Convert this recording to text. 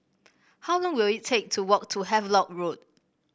how long will it take to walk to Havelock Road